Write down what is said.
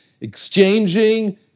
exchanging